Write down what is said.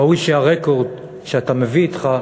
ראוי שהרקורד שאתה מביא אתך,